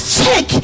check